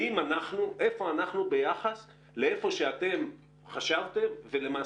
איפה אנחנו ביחס לאיפה שאתם חשבתם,